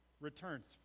returns